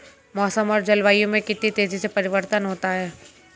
मौसम और जलवायु में कितनी तेजी से परिवर्तन होता है?